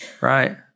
right